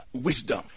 wisdom